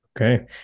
Okay